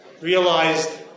realized